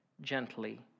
gently